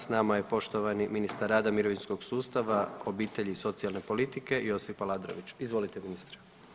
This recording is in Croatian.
S nama je poštovani ministar rada, mirovinskog sustava, obitelji i socijalne politike Josip Aladrović, izvolite ministre.